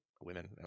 women